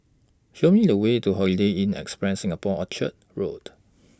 Show Me The Way to Holiday Inn Express Singapore Orchard Road